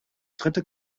dritte